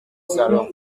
salon